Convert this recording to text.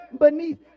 beneath